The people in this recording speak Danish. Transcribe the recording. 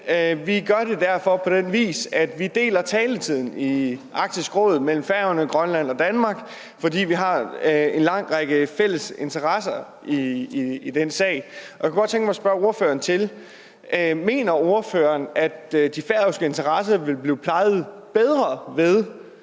vi gør det derfor på den vis, at vi deler taletiden i Arktisk Råd mellem Færøerne, Grønland og Danmark, fordi vi har en lang række fælles interesser i den sag. Jeg kunne godt tænke mig at spørge ordføreren: Mener ordføreren, at de færøske interesser vil blive plejet bedre, ved